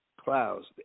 clouds